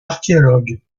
archéologue